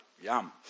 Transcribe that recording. Yum